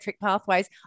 pathways